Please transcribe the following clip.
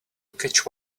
catch